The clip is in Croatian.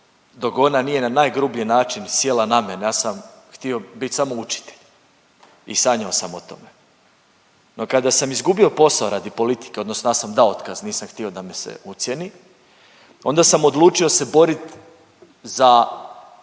dok ona nije na najgrublji način sjela na mene, ja sam htio bit samo učitelj i sanjao sam o tome. No, kada sam izgubio posao radi politike, odnosno ja sam dao otkaz, nisam htio da me se ucjeni, onda sam odlučio se borit za